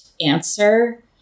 answer